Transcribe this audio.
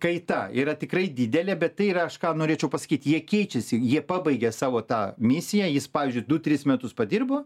kaita yra tikrai didelė bet tai yra aš ką norėčiau pasakyt jie keičiasi jie pabaigia savo tą misiją jis pavyzdžiui du tris metus padirbo